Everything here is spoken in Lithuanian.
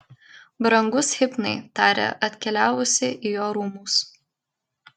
brangus hipnai tarė atkeliavusi į jo rūmus